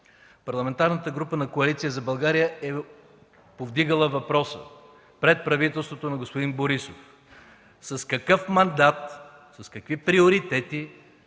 Парламентарната група на Коалиция за България е повдигала въпроса пред правителството на господин Борисов: с какъв мандат, с какви приоритети,